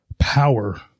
power